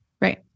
Right